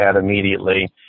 immediately